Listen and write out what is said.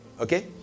Okay